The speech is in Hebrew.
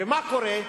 ומה קורה?